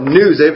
news